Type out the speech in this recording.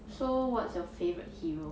so what's your favourite hero